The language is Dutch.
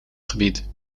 gebied